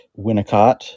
Winnicott